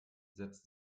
setzt